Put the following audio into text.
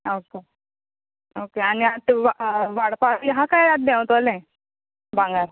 okay okay आनी आतां वाडपा बी आहा कांय आतां देवतोलें भांगार